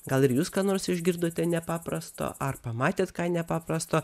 gal ir jūs ką nors išgirdote nepaprasto ar pamatėt ką nepaprasto